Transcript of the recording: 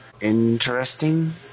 Interesting